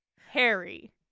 Harry